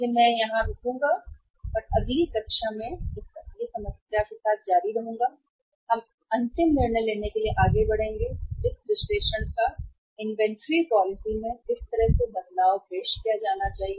इसलिए मैं यहां और अगली कक्षा में रुकूंगा उसी समस्या के साथ जारी रहेगा और हम अंतिम निर्णय लेने के लिए आगे बढ़ेंगे इस विश्लेषण का कहना है इन्वेंट्री पॉलिसी में किस तरह का बदलाव पेश किया जाना चाहिए